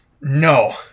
No